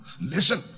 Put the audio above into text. listen